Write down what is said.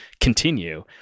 continue